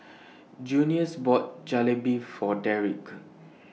Junius bought Jalebi For Derick